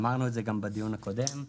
אמרנו את זה גם בדיון הקודם,